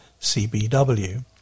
CBW